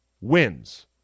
wins